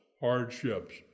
hardships